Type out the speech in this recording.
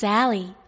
Sally